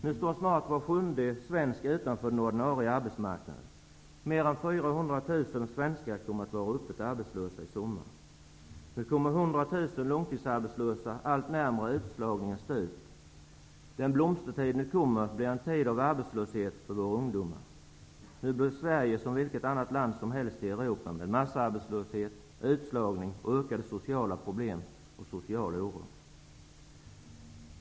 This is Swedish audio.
Nu står snart var sjunde svensk utanför den ordinarie arbetsmarknaden. Mer än 400 000 svenskar kommer att vara öppet arbetslösa i sommar. Nu kommer 100 000 långtidsarbetslösa allt närmare utslagningens stup. Den blomstertid som nu kommer blir en tid av arbetslöshet för våra ungdomar. Nu blir Sverige som vilket annat land som helst i Europa med massarbetslöshet och utslagning samt med ökande sociala problem och social oro.